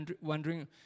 wondering